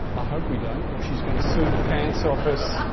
i hope we don't or she's going to sue the pants off us,